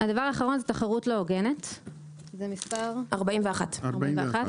דבר אחרון זה תחרות לא הוגנת, עמ' 41 במצגת.